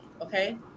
Okay